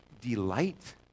delight